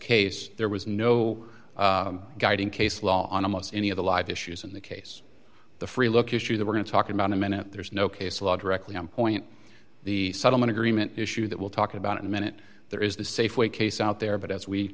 case there was no guiding case law on the most any of the live issues in the case the free look issue that we're going to talk about a minute there's no case law directly on point the settlement agreement issue that we'll talk about in a minute there is the safeway case out there but as we